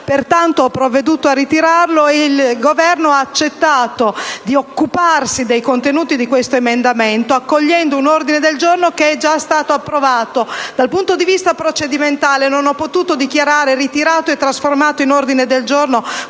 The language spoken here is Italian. Pertanto, ho provveduto a ritirarlo e il Governo ha accettato di occuparsi dei contenuti di questo emendamento accogliendo un ordine del giorno, che egia stato approvato. Dal punto di vista procedurale non ho potuto dichiarare ritirato e trasformato in ordine del giorno